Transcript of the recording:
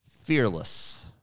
Fearless